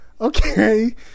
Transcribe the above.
Okay